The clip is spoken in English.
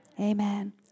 Amen